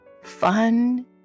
Fun